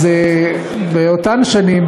אז באותן שנים,